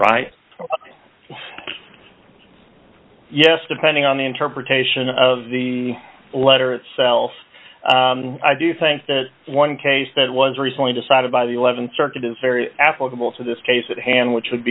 future yes depending on the interpretation of the letter itself i do think that one case that was recently decided by the th circuit is very applicable to this case at hand which would